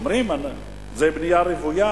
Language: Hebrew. ואומרים שזו בנייה רוויה,